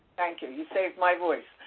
thank you. you saved my voice.